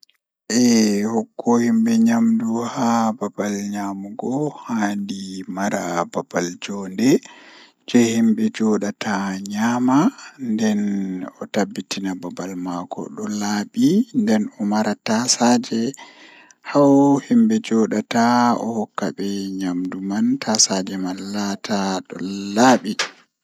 Ko allah arti windi fe'an do doole ko ayidi ko ayida fe'an seini woodi ko awawata wadugo ngam to hunde man wari a anda no hoyintama malla a anda no atokkirta be mai doole on to allah arti windi do doole dum wada.